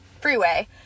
freeway